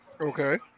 Okay